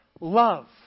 Love